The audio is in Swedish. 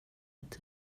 ett